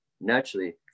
naturally